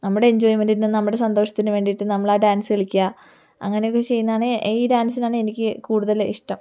നമ്മുടെ എൻജോയ്മെന്റിനും നമ്മുടെ സന്തോഷത്തിനു വേണ്ടിയിട്ട് നമ്മൾ ആ ഡാൻസ് കളിക്കുക അങ്ങനെയൊക്കെ ചെയ്യുന്നതാണ് ഈ ഡാൻസിൽ ആണ് എനിക്ക് കൂടുതൽ ഇഷ്ടം